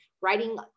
Writing